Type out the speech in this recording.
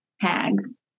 tags